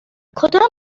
کدام